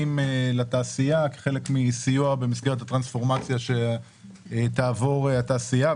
נותנים לתעשייה כחלק מסיוע במסגרת הטרנספורמציה שתעבור התעשייה,